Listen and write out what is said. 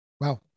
Wow